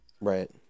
Right